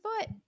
foot